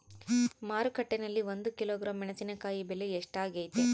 ಮಾರುಕಟ್ಟೆನಲ್ಲಿ ಒಂದು ಕಿಲೋಗ್ರಾಂ ಮೆಣಸಿನಕಾಯಿ ಬೆಲೆ ಎಷ್ಟಾಗೈತೆ?